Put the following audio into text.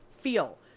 feel